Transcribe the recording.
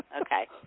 Okay